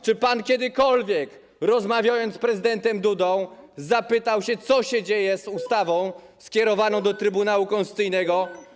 Czy kiedykolwiek, rozmawiając z prezydentem Dudą, zapytał się pan, co się dzieje z ustawą skierowaną do Trybunału Konstytucyjnego?